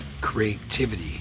creativity